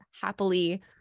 happily